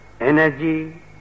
Energy